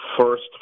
first